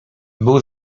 był